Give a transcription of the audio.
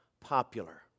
popular